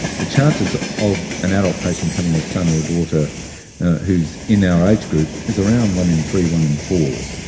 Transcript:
the chances of an adult patient having a son or a daughter who is in our age group is around around one in three, one in four.